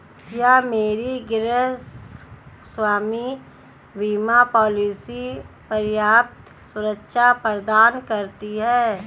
क्या मेरी गृहस्वामी बीमा पॉलिसी पर्याप्त सुरक्षा प्रदान करती है?